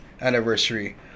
anniversary